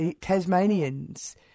Tasmanians